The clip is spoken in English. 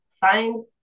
find